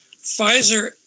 Pfizer